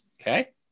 okay